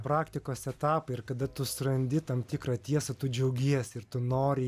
praktikos etapai ir kada tu surandi tam tikrą tiesą tu džiaugiesi ir tu nori